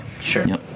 sure